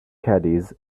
caddies